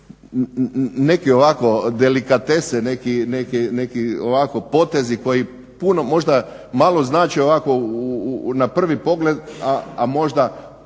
neke ovako delikatese, neki ovako potezi koji puno, možda malo znače ovako u na prvi pogled, a možda